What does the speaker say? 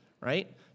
right